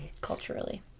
Culturally